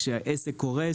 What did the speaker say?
כשהעסק קורס